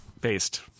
based